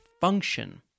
function